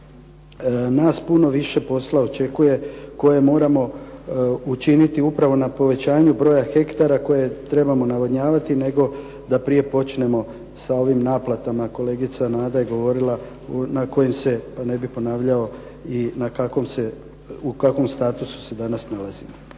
nas puno više posla očekuje koje moramo učiniti upravo na povećanju broja hektara koje trebamo navodnjavati, nego da prije počnemo sa ovim naplatama. Kolegica Nada je govorila na kojim se da ne bih ponavljao i u kakvom statusu se danas nalazi.